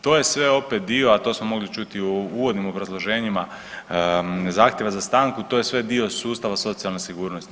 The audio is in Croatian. To je sve opet dio, a to smo mogli čuti u uvodnim obrazloženjima zahtjeva za stanku, to je sve dio sustava socijalne sigurnosti.